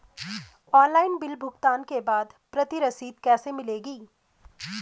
Online bill भुगतान के बाद प्रति रसीद कैसे मिलेगी?